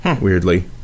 weirdly